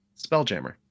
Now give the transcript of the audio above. spelljammer